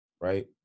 right